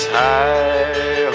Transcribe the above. high